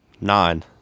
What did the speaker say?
Nine